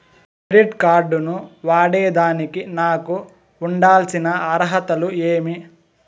Credit card ను వాడేదానికి నాకు ఉండాల్సిన అర్హతలు ఏమి?